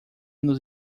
nos